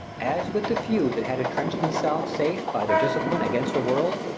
as with the few that had entrench'd themselves safe, by their discipline, against a world,